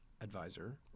advisor